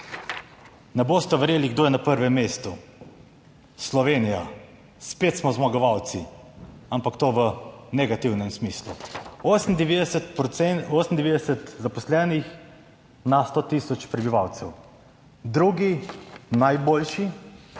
Ne boste verjeli, kdo je na prvem mestu. Slovenija. Spet smo zmagovalci, ampak to v negativnem smislu, 98 zaposlenih na 100 tisoč prebivalcev. Drugi najboljši: